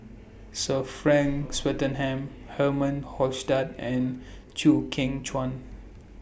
Sir Frank Swettenham Herman Hochstadt and Chew Kheng Chuan